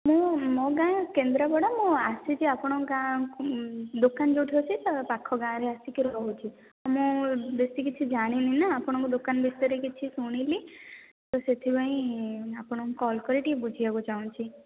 ମୁଁ ମୋ ଗାଁ କେନ୍ଦ୍ରାପଡ଼ା ମୁଁ ଆସିଛି ଆପଣଙ୍କ ଗାଁକୁ ଦୋକାନ ଯେଉଁଠି ଆଛି ତା' ପାଖ ଗାଁରେ ଆସିକି ରହୁଛି ମୁଁ ବେଶୀ କିଛି ଜାଣିନି ନା ଆପଣଙ୍କ ଦୋକାନ ବିଷୟରେ କିଛି ଶୁଣିଲି ତ ସେଥିପାଇଁ ଆପଣଙ୍କୁ କଲ କରି ଟିକେ ବୁଝିବାକୁ କିଛି ଚାଁହୁଛି